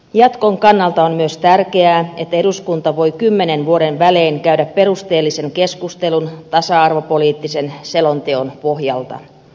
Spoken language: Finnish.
jatkon kannalta on myös tärkeää että eduskunta voi kymmenen vuoden välein käydä perusteellisen keskustelun tasa arvopoliittisen selonteon pohjalta